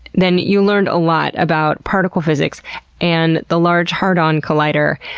then you learned a lot about particle physics and the large hardon collider,